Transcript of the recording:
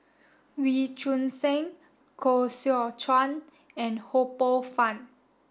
Wee Choon Seng Koh Seow Chuan and Ho Poh Fun